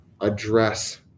address